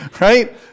Right